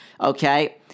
okay